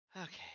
okay